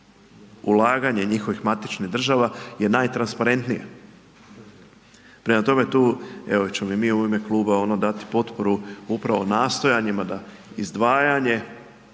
ulaganje njihovih matičnih država je najtransparentnije. Prema tome, mi ćemo u ime kluba dati potporu upravo nastojanjima da izdavanje